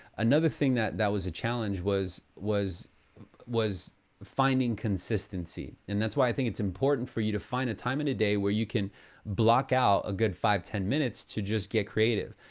another thing that that was a challenge was was finding consistency. and that's why i think it's important for you to find a time in a day where you can block out a good five ten minutes to just get creative.